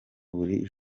buri